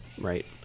right